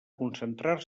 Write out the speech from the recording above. concentrar